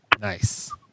Nice